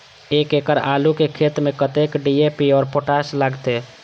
एक एकड़ आलू के खेत में कतेक डी.ए.पी और पोटाश लागते?